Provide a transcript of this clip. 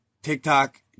TikTok